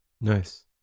Nice